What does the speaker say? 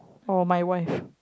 or my wife